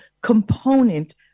component